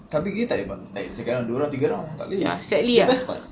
tapi kita tak boleh buat like second round dua round tiga round tak boleh the best part